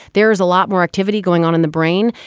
there is a lot more activity going on in the brain.